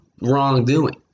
wrongdoing